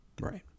Right